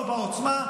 לא בעוצמה,